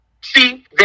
see